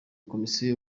komisiyo